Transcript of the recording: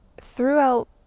throughout